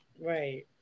Right